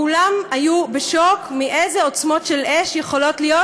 כולם היו בשוק מאיזה עוצמות של אש יכולות להיות